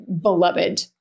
beloved